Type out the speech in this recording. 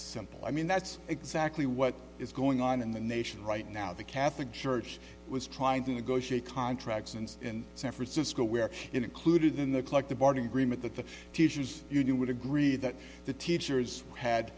simple i mean that's exactly what is going on in the nation right now the catholic church was trying to negotiate contracts and in san francisco where included in the collective bargaining agreement the teachers union would agree that the teachers had